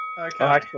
Okay